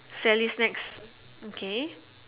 Sally's snacks okay